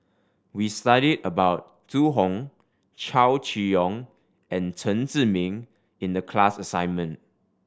we studied about Zhu Hong Chow Chee Yong and Chen Zhiming in the class assignment